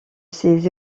ses